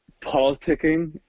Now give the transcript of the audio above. politicking